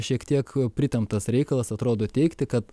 šiek tiek pritemptas reikalas atrodo teigti kad